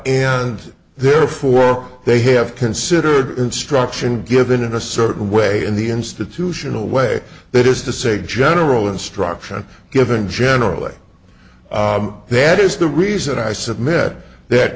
and therefore they have considered instruction given in a certain way in the institutional way that is to say general instruction given generally that is the reason i submit that